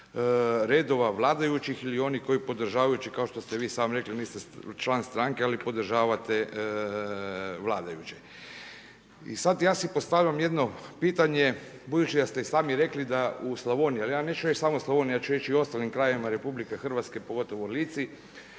redova vladajućih ili onih koji podržavajući, kao što ste vi sami rekli, niste član stranke, ali podržavate vladajuće. I sad, ja si postavljam jedno pitanje, budući da ste i sami rekli da u Slavoniji, ali ja neću reći samo u Slavoniji, ja ću reći i u ostalim krajevima RH, pogotovo Lici,